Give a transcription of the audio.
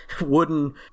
wooden